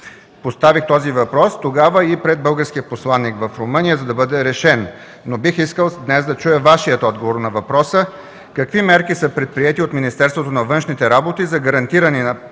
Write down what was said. поставих този въпрос и пред българския посланик в Румъния, за да бъде решен, но бих искал днес да чуя Вашия отговор на въпроса: какви мерки са предприети от Министерството на външните работи за гарантиране